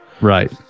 Right